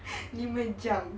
lima jam